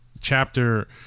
chapter